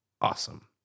awesome